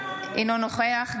אינו נוכח ינון אזולאי,